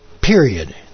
period